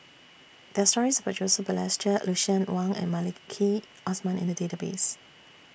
There Are stories about Joseph Balestier Lucien Wang and Maliki Osman in The Database